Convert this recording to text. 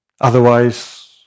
Otherwise